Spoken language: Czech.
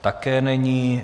Také není.